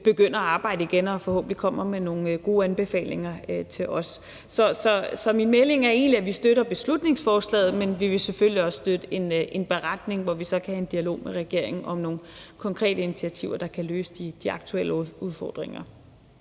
begynder at arbejde igen og forhåbentlig kommer med nogle gode anbefalinger til os. Så min melding er egentlig, at vi støtter beslutningsforslaget, men vi vil selvfølgelig også støtte en beretning, hvor vi så kan have en dialog med regeringen om nogle konkrete initiativer, der kan løse de aktuelle udfordringer.